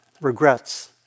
regrets